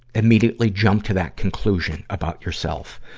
immediately jump to that conclusion about yourself.